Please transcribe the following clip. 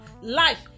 Life